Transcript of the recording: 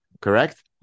Correct